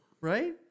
Right